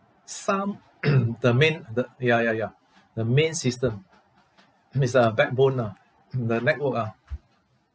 some the main the ya ya ya the main system is the backbone ah the network ah